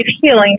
healing